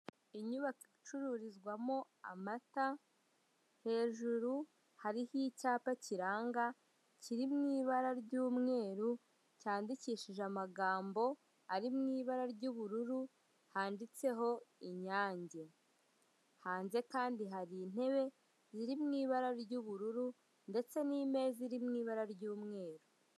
Inyubako icururizwamo amata, hejuru hariho icyapa kiranga kiri mw'ibara ryumweru, cyandikishije amagambo ari mw'ibara ry'ubururu, handitseho inyange. Hanze kandi hari intebe ziri mw'ibara ry'ubururu ndetse n'imeza iri mw'ibara ry'umweru.